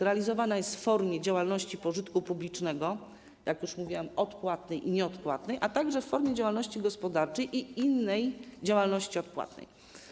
Realizowana jest w formie działalności pożytku publicznego, jak już mówiłam: odpłatnej i nieodpłatnej, a także w formie działalności gospodarczej i innej działalności odpłatnej.